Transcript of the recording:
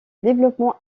développement